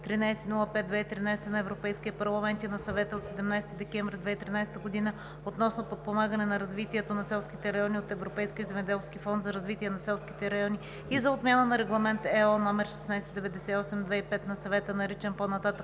1305/2013 на Европейския парламент и на Съвета от 17 декември 2013 година относно подпомагане на развитието на селските райони от Европейския земеделски фонд за развитие на селските райони и за отмяна на Регламент (ЕО) № 1698/2005 на Съвета, наричан по-нататък